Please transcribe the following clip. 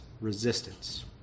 resistance